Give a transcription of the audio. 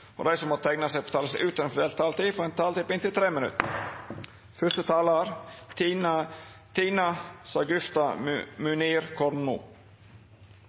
og de som måtte tegne seg på talerlisten utover den fordelte taletid, får en taletid på inntil 3 minutter.